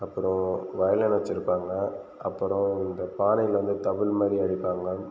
அப்பறம் வைலன் வச்சுருப்பாங்க அப்பறம் இந்த பானைலேருந்து தவில் மாதிரி அடிப்பாங்கள்